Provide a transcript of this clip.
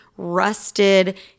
rusted